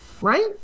right